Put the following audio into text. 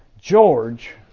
George